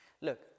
Look